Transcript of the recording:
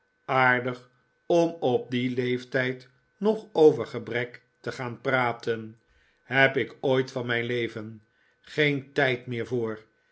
aardig om op dien leeftijd nog over gebrek te gaan praten heb ik ooit van mijn ievenl geen tijd meer voor